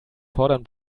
fordern